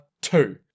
two